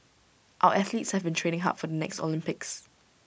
our athletes have been training hard for the next Olympics